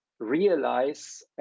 realize